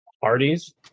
parties